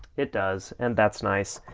it does, and that's nice.